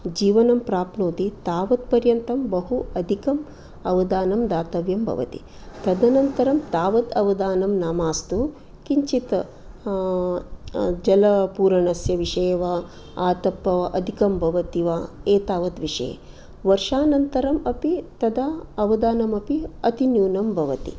जीवनं प्राप्नोति तावत्पर्यन्तं बहु अदिकं अवधानं दातव्यं भवति तदनन्तरं तावत् अवधानं न मास्तु किञ्चित् जलपूरणस्य विषये वा आतप अधिकं भवति वा एतावत् विषये वर्षानन्तरम् अपि तदा अवदानमपि अति न्यूनं भवति